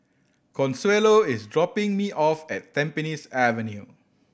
Consuelo is dropping me off at Tampines Avenue